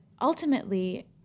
ultimately